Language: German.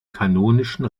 kanonischen